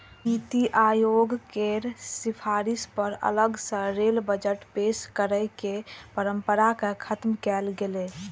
नीति आयोग केर सिफारिश पर अलग सं रेल बजट पेश करै के परंपरा कें खत्म कैल गेलै